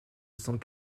cent